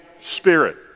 Spirit